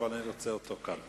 אבל אני רוצה אותו כאן.